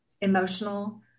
emotional